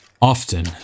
Often